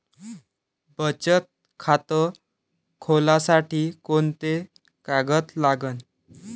बचत खात खोलासाठी कोंते कागद लागन?